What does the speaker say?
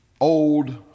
old